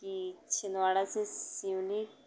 कि छिंदवाड़ा से सिवनी